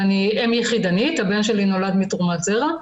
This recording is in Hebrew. אם יחידנית, הבן שלי נולד מתרומת זרע.